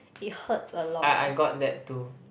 it hurts a lot leh